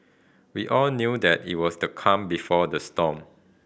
we all knew that it was the calm before the storm